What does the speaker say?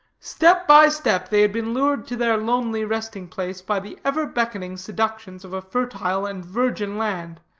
step by step they had been lured to their lonely resting-place by the ever-beckoning seductions of a fertile and virgin land,